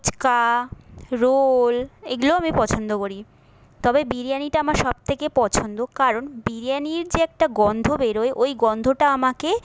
fuchka roll এগুলোও আমি পছন্দ করি তবে বিরিয়ানিটা আমার সব থেকে পছন্দ কারণ বিরিয়ানির যে একটা গন্ধ বেরোয় ওই গন্ধটা আমাকে